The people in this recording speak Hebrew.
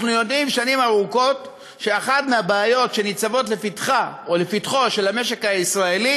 אנחנו יודעים שנים ארוכות שאחת מן הבעיות שניצבות לפתחו של המשק הישראלי